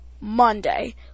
Monday